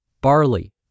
barley